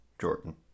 Jordan